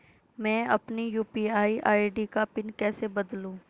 मैं अपनी UPI ID का पिन कैसे बदलूं?